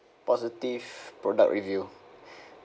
positive product review